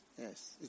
yes